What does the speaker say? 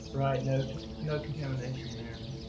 right. no, no contamination there.